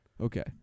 Okay